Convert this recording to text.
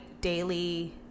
daily